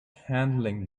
handling